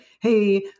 hey